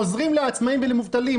עוזרים לעצמאים ומובטלים.